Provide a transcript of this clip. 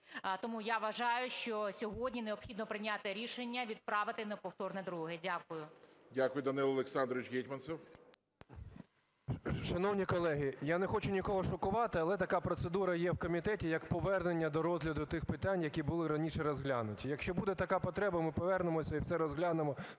Тому я вважаю, що сьогодні необхідно прийняти рішення відправити на повторне друге. Дякую. ГОЛОВУЮЧИЙ. Дякую. Данило Олександрович Гетманцев. 13:50:50 ГЕТМАНЦЕВ Д.О. Шановні колеги, я не хочу нікого шокувати, але така процедура є в комітеті, як повернення до розгляду тих питань, які були раніше розглянуті. Якщо буде така потреба, ми повернемося і все розглянемо.